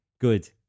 good